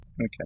Okay